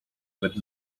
with